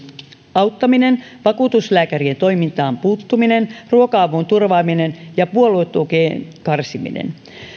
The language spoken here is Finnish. auttaminen vakuutuslääkärien toimintaan puuttuminen ruoka avun turvaaminen ja puoluetukien karsiminen